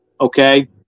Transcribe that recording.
okay